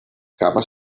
cames